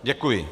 Děkuji.